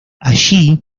allí